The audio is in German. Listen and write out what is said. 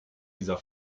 dieser